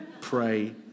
pray